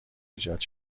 ایجاد